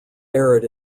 arid